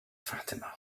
fatima